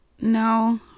no